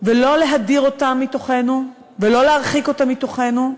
ולא להדיר אותם מתוכנו, ולא להרחיק אותם מתוכנו.